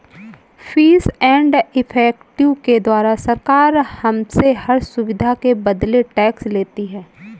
fees and effective के द्वारा सरकार हमसे हर सुविधा के बदले टैक्स लेती है